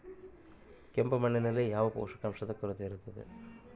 ಕೆಂಪು ಮಣ್ಣಿನಲ್ಲಿ ಯಾವ ಪೋಷಕಾಂಶದ ಕೊರತೆ ಇರುತ್ತದೆ?